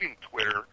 Twitter